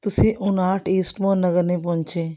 ਤੁਸੀਂ ਉਣਾਹਠ ਈਸਟਮੋਨ ਨਗਰ ਨਹੀਂ ਪਹੁੰਚੇ